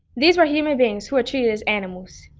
these were human beings who were treated as animals.